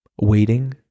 waiting